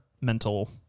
mental